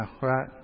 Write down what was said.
right